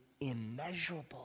immeasurable